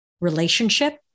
relationship